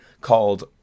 called